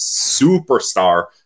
Superstar